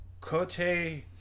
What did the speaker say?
Cote